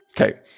Okay